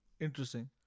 Interesting